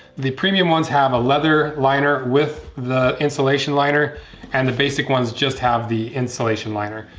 the premium ones have a leather liner with the insulation liner and the basic ones just have the insulation liner.